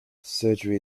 surgery